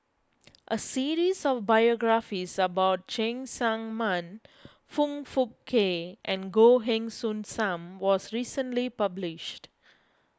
a series of biographies about Cheng Tsang Man Foong Fook Kay and Goh Heng Soon Sam was recently published